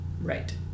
right